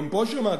גם פה שמעתי,